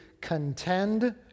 contend